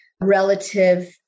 relative